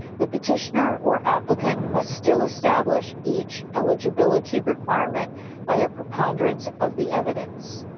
the petitioner or applicant must still establish each eligibility requirement by a preponderance of the evidence.